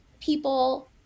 people